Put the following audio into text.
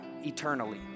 eternally